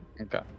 Okay